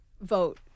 vote